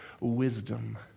wisdom